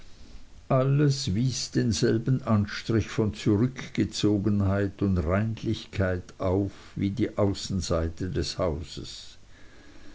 alles wies denselben anstrich von zurückgezogenheit und reinlichkeit auf wie die außenseite des hauses